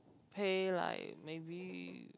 pay like maybe